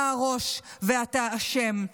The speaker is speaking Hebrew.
אתה הראש ואתה אשם.